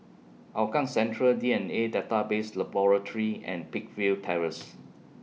Hougang Central D N A Database Laboratory and Peakville Terrace